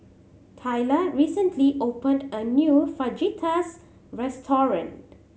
Tayla recently opened a new Fajitas restaurant